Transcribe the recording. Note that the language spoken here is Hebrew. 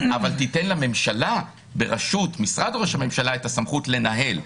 אבל תיתן לממשלה בראשות משרד ראש הממשלה את הסמכות לנהל,